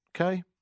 Okay